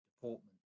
deportment